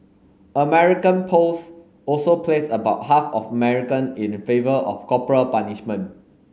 American polls also placed about half of American in favor of corporal punishment